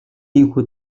ийнхүү